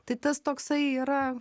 tai tas toksai yra